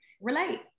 Relate